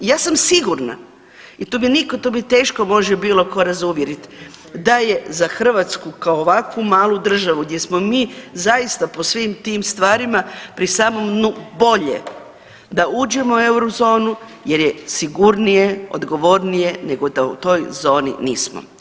I ja sam sigurna i me nitko, tu me teško može bilo tko razuvjerit da je za Hrvatsku kao ovakvu malu državu gdje smo mi zaista po svim tim stvarima pri samom dnu bolje da uđemo u Eurozonu jer je sigurnije, odgovornije nego da u toj zoni nismo.